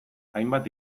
hainbat